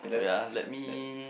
wait ah let me